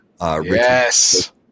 Yes